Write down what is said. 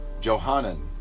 Johanan